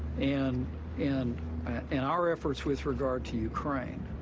and and and our efforts with regard to ukraine,